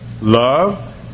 Love